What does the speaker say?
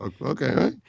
Okay